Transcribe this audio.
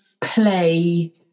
play